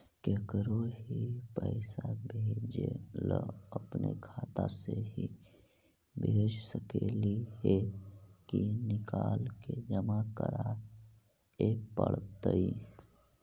केकरो ही पैसा भेजे ल अपने खाता से ही भेज सकली हे की निकाल के जमा कराए पड़तइ?